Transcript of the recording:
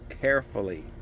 carefully